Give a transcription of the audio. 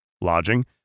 Lodging